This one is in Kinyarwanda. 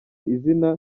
izina